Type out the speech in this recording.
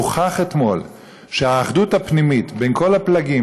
הוכח אתמול שהאחדות הפנימית בין כל הפלגים,